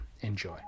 Enjoy